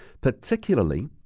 particularly